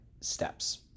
steps